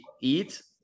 eat